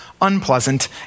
unpleasant